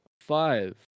Five